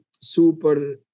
super